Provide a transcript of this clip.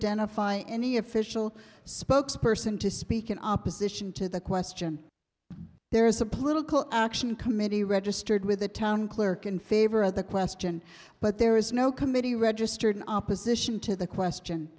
fire any official spokesperson to speak in opposition to the question there is a political action committee registered with the town clerk in favor of the question but there is no committee registered opposition to the question